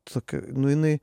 tokia nu jinai